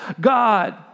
God